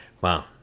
Wow